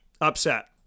upset